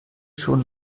schon